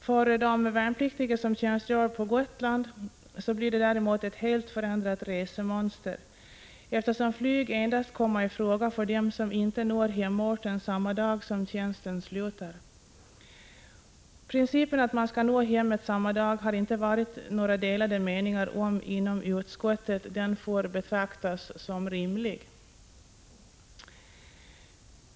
För de värnpliktiga som tjänstgör på Gotland blir det däremot ett helt förändrat resemönster, eftersom flyg kommer i fråga endast för dem som inte når hemorten samma dag som tjänsten slutar. Principen att man skall nå hemmet samma dag har det inte varit några delade meningar om inom utskottet. Den får betraktas som rimlig.